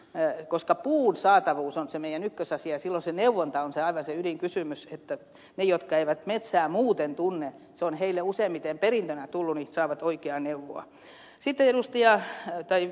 sitten koska puun saatavuus on se meidän ykkösasia niin silloin se neuvonta on aivan se ydinkysymys niin että ne jotka eivät metsää muuten tunne se on heille useimmiten perintönä tullut saavat oikeat neuvot